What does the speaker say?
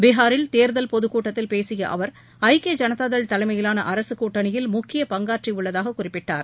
பிகாரில் தேர்தல் பொதுக் கூட்டத்தில் பேசிய அவர் ஐக்கிய ஐனதா தள் தலைமையிலான அரசு கூட்டணியில் முக்கிய பங்காற்றியுள்ளதாக குறிப்பிட்டார்